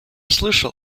слышал